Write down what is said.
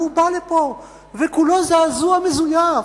והוא בא לפה וכולו זעזוע מזויף.